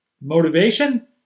Motivation